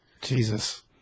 Jesus